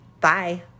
Bye